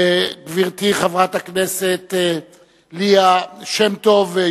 וגברתי חברת הכנסת ליה שמטוב,